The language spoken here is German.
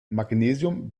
magnesium